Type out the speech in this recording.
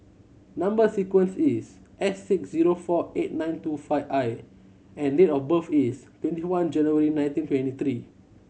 number sequence is S six zero four eight nine two five I and date of birth is twenty one January nineteen twenty three